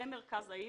במרכז העיר.